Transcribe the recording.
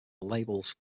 labels